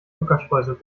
zuckerstreuseln